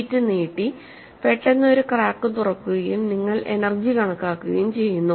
sheet നീട്ടി പെട്ടെന്ന് ഒരു ക്രാക്ക് തുറക്കുകയും നിങ്ങൾ എനർജി കണക്കാക്കുകയും ചെയ്യുന്നു